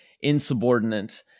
insubordinate